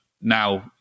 now